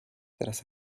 tras